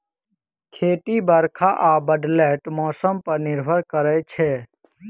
खेती बरखा आ बदलैत मौसम पर निर्भर करै छै